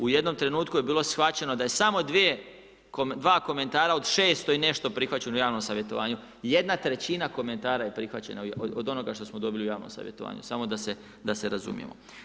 U jednom trenutku je bilo shvaćeno da je samo dva komentara od šesto i nešto prihvaćeno u javnom savjetovanju, 1/3 komentara je prihvaćena od onoga što smo dobili u javnom savjetovanju, samo da se razumijemo.